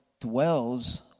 dwells